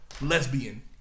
lesbian